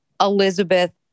Elizabeth